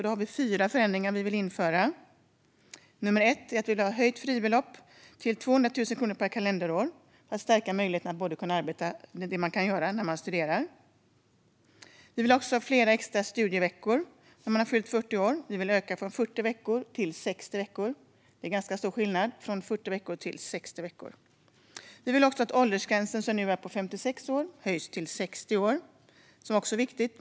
Det är fyra förändringar som vi vill införa. Till att börja med vill vi höja fribeloppet till 200 000 kronor per kalenderår för att stärka möjligheten att arbeta samtidigt som man studerar. Vi vill också ha fler extra studieveckor för dem som har fyllt 40 år. Vi vill öka antalet från 40 veckor till 60 veckor. Det är en ganska stor skillnad. Vi vill att åldersgränsen, som nu är på 56 år, höjs till 60 år. Det är också viktigt.